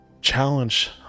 Challenge